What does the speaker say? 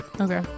Okay